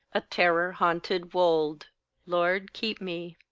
a terror-haunted wold lord, keep me.